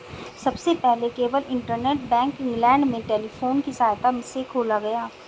सबसे पहले केवल इंटरनेट बैंक इंग्लैंड में टेलीफोन की सहायता से खोला गया